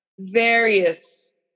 various